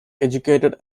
educated